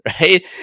right